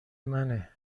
منه